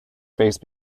face